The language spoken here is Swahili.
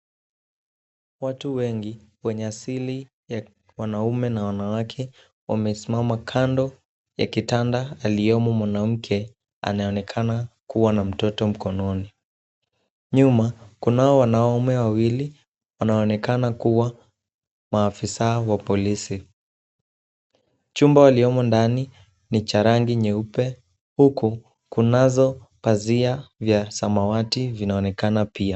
Watu wengi wenye asili ya wanaume na wanawake wamesimama kando ya kitanda aliyomo mwanamke anayeonekana kuwa na mtoto mkononi. Nyuma, kunao wanaume wawili wanaoonekana kuwa maafisa wa polisi. Chumba waliomo ndani ni cha rangi nyeupe, huku kunazo pazia za samawati vinaonekana pia.